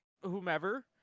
whomever